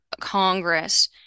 Congress